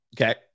Okay